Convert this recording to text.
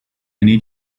need